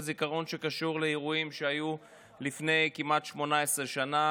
על הזיכרון שקשור לאירועים שהיו לפני כמעט 18 שנה,